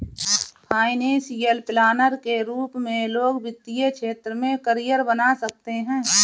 financial planner के रूप में लोग वित्तीय क्षेत्र में करियर बना सकते हैं